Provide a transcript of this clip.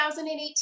2018